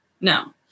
No